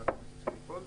הרכבת תתחיל לפעול.